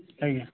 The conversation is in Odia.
ଆଜ୍ଞା